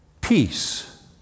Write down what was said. peace